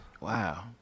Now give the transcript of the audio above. Wow